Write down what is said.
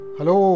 Hello